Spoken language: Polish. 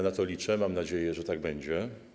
Na to liczę, mam nadzieję, że tak będzie.